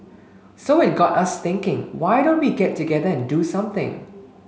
so it got us thinking why don't we get together and do something